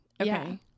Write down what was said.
Okay